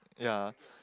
ya